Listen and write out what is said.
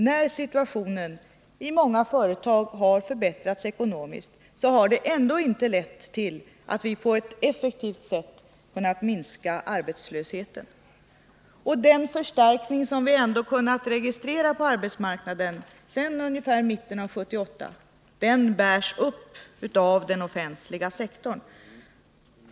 När situationen i många företag har förbättrats ekonomiskt, har detta ännu inte lett till att vi på ett effektivt sätt kunnat minska arbetslösheten. Den förstärkning som vi ändå har kunnat registrera på arbetsmarknaden sedan ungefär mitten av 1978 bärs upp av den offentliga sektorn.